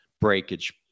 breakage